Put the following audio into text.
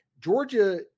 Georgia